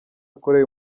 akoreye